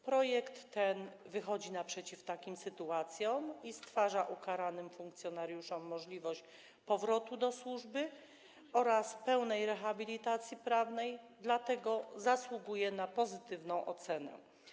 Projekt ten wychodzi naprzeciw takim sytuacjom i stwarza ukaranym funkcjonariuszom możliwość powrotu do służby oraz pełnej rehabilitacji prawnej, dlatego zasługuje na pozytywną ocenę.